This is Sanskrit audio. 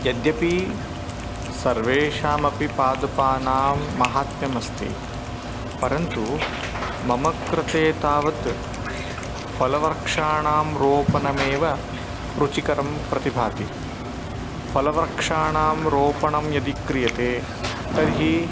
यद्यपि सर्वेषामपि पादपानां माहात्म्यम् अस्ति परन्तु मम कृते तावत् फलवृक्षाणां रोपणमेव रुचिकरं प्रतिभाति फलवृक्षाणां रोपणं यदि क्रियते तर्हि